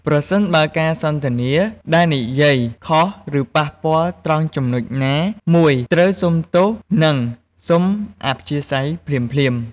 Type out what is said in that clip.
ប្រសិនបើការសន្ទនាដែលនិយាយខុសឬប៉ះពាល់ត្រង់ចំណុចណាមួយត្រូវសុំទោសនិងសុំអធ្យាស្រ័យភ្លាមៗ។